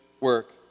work